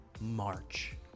March